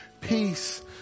peace